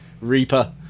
Reaper